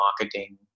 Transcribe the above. marketing